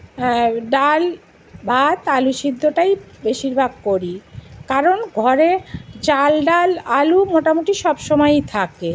ডাল ভাত আলু সিদ্ধটাই বেশিরভাগ করি কারণ ঘরে চাল ডাল আলু মোটামুটি সব সময়ই থাকে